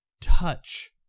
touch